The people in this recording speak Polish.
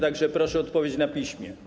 Tak że proszę o odpowiedź na piśmie.